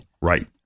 Right